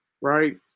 right